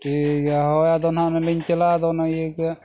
ᱴᱷᱤᱠ ᱜᱮᱭᱟ ᱦᱳᱭ ᱟᱫᱚ ᱱᱟᱦᱟᱜ ᱚᱱᱮ ᱞᱤᱧ ᱪᱟᱞᱟᱜᱼᱟ ᱟᱫᱚ ᱤᱭᱟᱹ ᱜᱮ